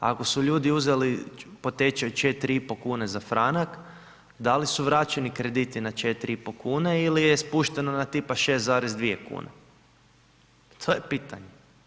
Ako su ljudi uzeli po tečaju 4,5 kune za franak, da li su vraćeni krediti na 4,5 kune ili je spušteno na tipa 6,2 kune, to je pitanje.